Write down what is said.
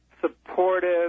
supportive